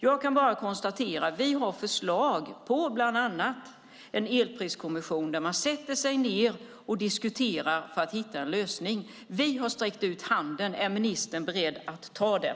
Jag kan bara konstatera att vi har lagt fram förslag på bland annat en elpriskommission som ska diskutera en lösning. Vi har sträckt ut handen. Är ministern beredd att ta den?